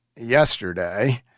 yesterday